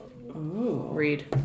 Read